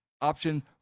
option